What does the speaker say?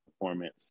performance